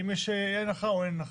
האם יש הנחה או אין הנחה.